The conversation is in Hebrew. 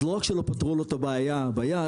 לא רק שלא פתרו לו את הבעיה ביד,